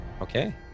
Okay